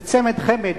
זה צמד-חמד,